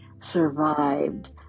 survived